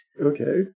Okay